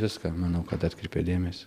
viską manau kad atkreipia dėmesį